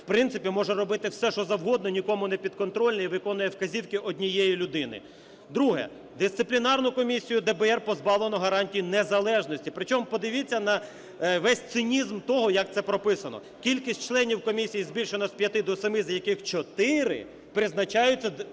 в принципі, може робити все, що завгодно, нікому непідконтрольний і виконує вказівки однієї людини? Друге. Дисциплінарну комісію ДБР позбавлено гарантій незалежності. Причому подивіться на цинізм того, як це прописано: "Кількість членів комісії збільшено з 5 до 7, з яких 4 призначаються